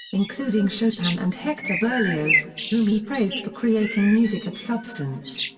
including chopin and hector berlioz, whom he praised for creating music of substance.